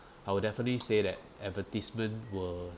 I would definitely say that advertisement will